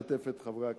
ולשתף את חברי הכנסת: